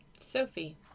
Sophie